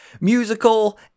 musical